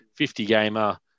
50-gamer